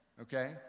Okay